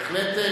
בהחלט,